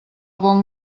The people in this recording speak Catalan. bon